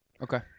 Okay